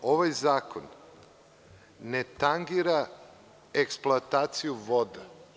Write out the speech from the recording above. Ovaj zakon ne tangira eksploataciju voda.